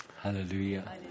Hallelujah